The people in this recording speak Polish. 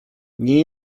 nie